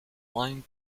line